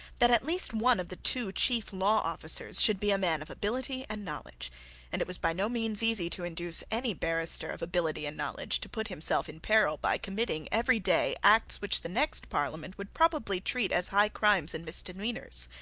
that at least one of the two chief law officers should be a man of ability and knowledge and it was by no means easy to induce any barrister of ability and knowledge to put himself in peril by committing every day acts which the next parliament would probably treat as high crimes and misdemeanours.